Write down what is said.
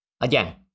Again